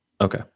Okay